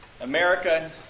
America